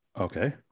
okay